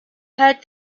heard